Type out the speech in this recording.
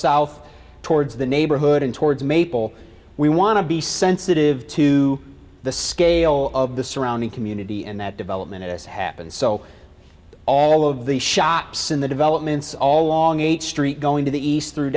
south towards the neighborhood and towards maple we want to be sensitive to the scale of the surrounding community and that development is happened so all of the shops in the developments all along a street going to the east through